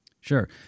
sure